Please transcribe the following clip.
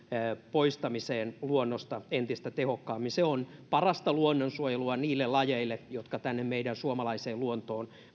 poistamiseen luonnosta entistä tehokkaammin se on parasta luonnonsuojelua myös niille lajeille jotka tänne meidän suomalaiseen luontoon